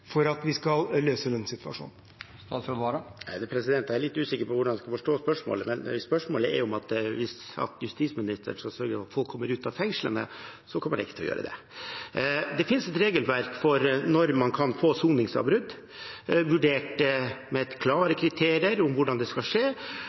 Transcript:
for at vi skal løse denne situasjonen? Jeg er litt usikker på hvordan jeg skal forstå spørsmålet, men hvis spørsmålet er om at justisministeren skal sørge for at folk kommer ut av fengslene, kommer jeg ikke til å gjøre det. Det finnes et regelverk for når man kan få soningsavbrudd, vurdert etter klare kriterier om hvordan det skal skje, og med